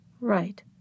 Right